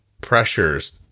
pressures